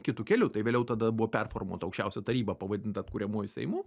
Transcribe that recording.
kitu keliu tai vėliau tada buvo performuota aukščiausia taryba pavadinta atkuriamuoju seimu